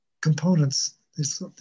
components